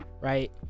Right